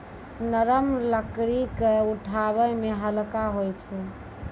नरम लकड़ी क उठावै मे हल्का होय छै